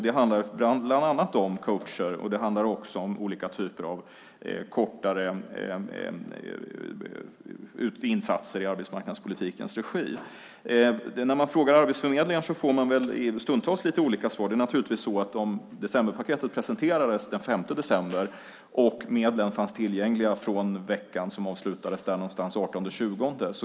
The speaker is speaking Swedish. Det handlar bland annat om coacher och olika typer av kortare insatser i arbetsmarknadspolitikens regi. När man frågar Arbetsförmedlingen får man stundtals lite olika svar. Decemberpaketet presenterades den 5 december, och medlen fanns tillgängliga från veckan som avslutades den 18-20.